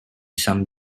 some